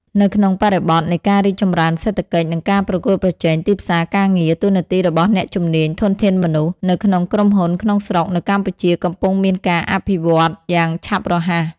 នៅក្នុងបរិបទនៃការរីកចម្រើនសេដ្ឋកិច្ច និងការប្រកួតប្រជែងទីផ្សារការងារ តួនាទីរបស់អ្នកជំនាញ ធនធានមនុស្ស នៅក្នុងក្រុមហ៊ុនក្នុងស្រុកនៅកម្ពុជាកំពុងមានការវិវឌ្ឍយ៉ាងឆាប់រហ័ស។